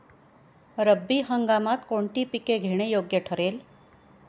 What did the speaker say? रब्बी हंगामात कोणती पिके घेणे योग्य ठरेल?